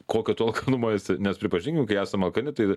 kokio tu alkanumo esi nes pripažinkim kai esam alkani tai